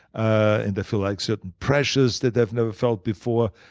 and feel like certain pressures that i've never felt before.